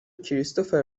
کریستوفر